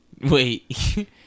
Wait